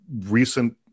recent